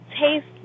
taste